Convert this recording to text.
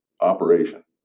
operation